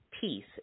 Peace